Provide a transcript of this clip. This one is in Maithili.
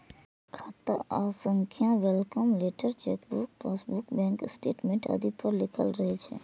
खाता संख्या welcome letter, chequebook, passbook, bank statement आदि पर लिखल रहै छै